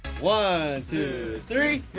one two three.